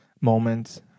moments